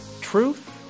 Truth